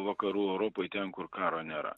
vakarų europoj ten kur karo nėra